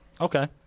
Okay